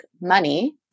money